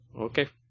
Okay